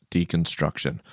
Deconstruction